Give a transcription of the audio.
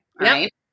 right